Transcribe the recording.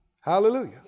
Hallelujah